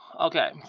Okay